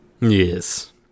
yes